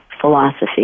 philosophy